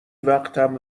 وقتم